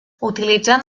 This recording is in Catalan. utilitzant